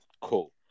Cool